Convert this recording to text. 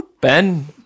Ben